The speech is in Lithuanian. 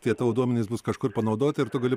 tie tavo duomenys bus kažkur panaudoti ir tu gali